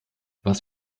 was